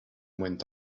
went